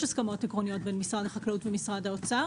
יש הסכמות עקרוניות בין משרד החקלאות ומשרד האוצר